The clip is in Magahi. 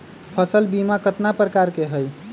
फसल बीमा कतना प्रकार के हई?